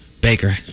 Baker